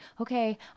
okay